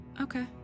Okay